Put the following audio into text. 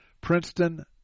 Princeton